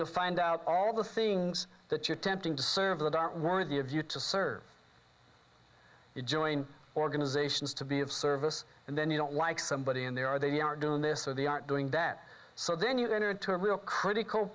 you'll find out all the things that you tempting to serve that aren't worthy of you to serve you join organizations to be of service and then you don't like somebody and they are they are doing this so they aren't doing that so then you enter into a real critical